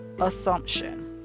assumption